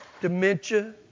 Dementia